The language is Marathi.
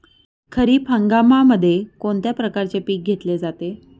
खरीप हंगामामध्ये कोणत्या प्रकारचे पीक घेतले जाते?